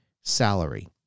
salary